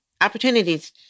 opportunities